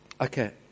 Okay